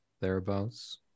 thereabouts